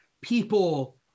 People